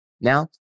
Now